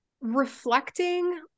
reflecting